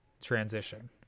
transition